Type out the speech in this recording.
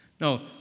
No